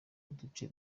uduce